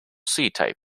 type